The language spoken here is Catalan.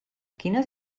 quines